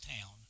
town